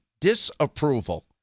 disapproval